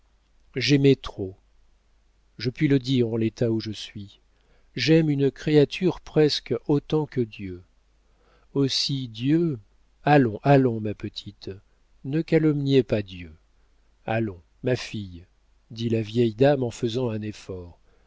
j'aimais trop je puis le dire en l'état où je suis j'aime une créature presque autant que dieu aussi dieu allons allons ma petite ne calomniez pas dieu allons ma fille dit la vieille dame en faisant un effort